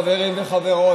חברים וחברות.